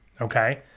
okay